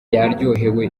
yaryohewe